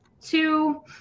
Two